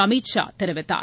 அமித் ஷா தெரிவித்தார்